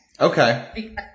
Okay